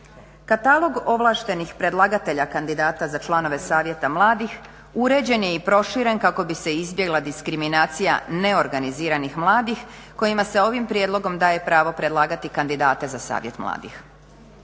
Katalog ovlaštenih predlagatelja kandidata za članove savjeta mladih uređen je i proširen kako bi se izbjegla diskriminacija neorganiziranih mladih kojima se ovim prijedlogom daje pravo predlagati kandidate za savjet mladih.